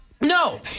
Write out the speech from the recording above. no